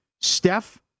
Steph